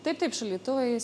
taip taip šaldytuvais